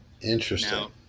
interesting